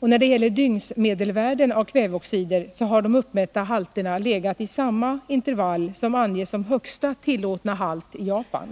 De uppmätta halterna när det gäller dygnsmedelvärden av kväveoxider har legat i samma intervall som anges som högsta tillåtna halt i Japan.